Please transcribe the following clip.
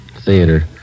theater